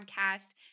podcast